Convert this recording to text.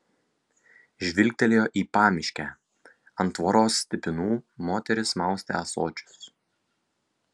žvilgtelėjo į pamiškę ant tvoros stipinų moteris maustė ąsočius